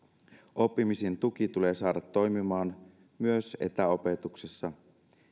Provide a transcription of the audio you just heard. oppimisen tuki tulee saada toimimaan myös etäopetuksessa